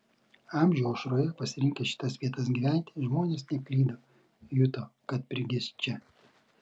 amžių aušroje pasirinkę šitas vietas gyventi žmonės neklydo juto kad prigis čia